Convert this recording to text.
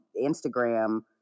Instagram